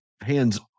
hands